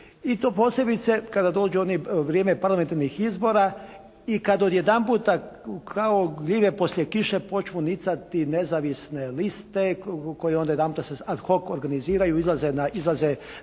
I to posebice kada dođu oni vrijeme parlamentarnih izbora i kad odjedanputa kao gljive poslije kiše počmu nicati nezavisne liste koje onda odjedanputa se ad hoc organiziraju i izlaze na